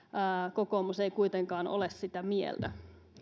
kokoomus ei kuitenkaan ole sitä mieltä